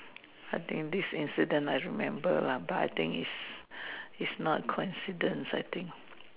I think this incident I remember lah but I think is is not coincidence I think